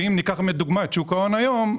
שאם ניקח כדוגמה את שוק ההון היום,